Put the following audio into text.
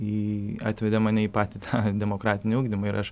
į atvedė mane į patį tą demokratinį ugdymą ir aš